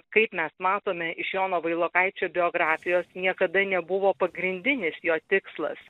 kaip mes matome iš jono vailokaičio biografijos niekada nebuvo pagrindinis jo tikslas